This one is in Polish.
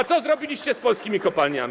A co zrobiliście z polskimi kopalniami?